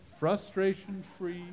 Frustration-free